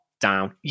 down